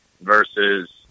versus